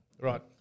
right